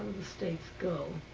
the states go?